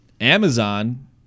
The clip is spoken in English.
Amazon